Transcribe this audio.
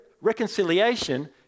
Reconciliation